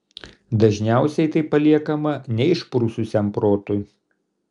dažniausiai tai paliekama neišprususiam protui